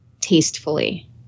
tastefully